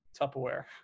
Tupperware